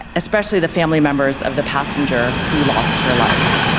ah especially the family members of the passenger who lost her life.